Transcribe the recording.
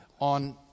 on